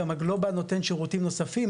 גם הגלובאל נותן שירותים נוספים,